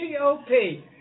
GOP